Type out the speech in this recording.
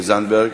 זנדברג,